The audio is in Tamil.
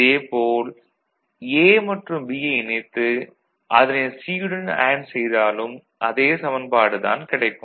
அதே போல் A மற்றும் B யை இணைத்து அதனை C யுடன் அண்டு செய்தாலும் அதே சமன்பாடு தான் கிடைக்கும்